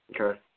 okay